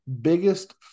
biggest